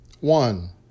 One